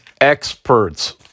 experts